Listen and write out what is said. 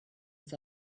was